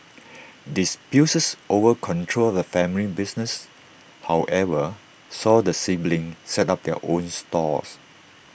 disputes over control of the family business however saw the siblings set up their own stalls